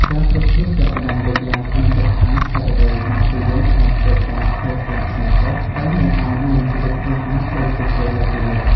ការប្រៀបធៀបចាប់ផ្តើមលេចឡើងក្នុងចិត្តថា ហេតុអ្វីបានជាយើងខំធ្វើការស្ទើរស្លាប់ក្នុងស្រុក តែមិនអាចមានជីវិតហ៊ឺហាដូចពួកគេនៅទីនោះ?